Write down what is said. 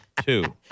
two